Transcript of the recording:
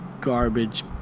Garbage